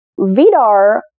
Vidar